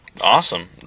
Awesome